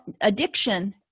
addiction